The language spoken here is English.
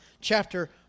chapter